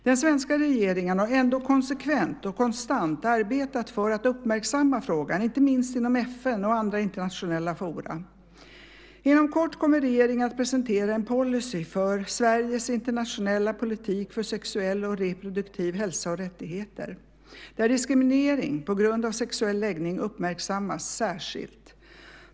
Den svenska regeringen har ändå konsekvent och konstant arbetat för att uppmärksamma frågan, inte minst inom FN och andra internationella forum. Inom kort kommer regeringen att presentera en policy för Sveriges internationella politik för sexuell och reproduktiv hälsa och rättigheter där diskriminering på grund av sexuell läggning uppmärksammas särskilt.